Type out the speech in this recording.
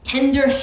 Tender